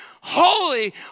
holy